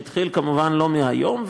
שהתחיל כמובן לא מהיום,